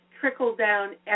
trickle-down